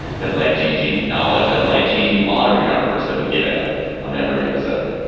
that life changing knowledge, that life changing lottery numbers that we give out on every episode.